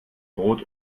brot